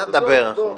מה מדברים?